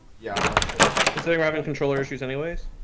yeah um like and today we're having a controller issues anyways